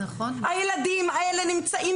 הילדים האלה נמצאים